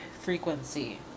frequency